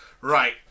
Right